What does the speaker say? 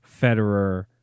Federer